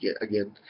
again